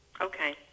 Okay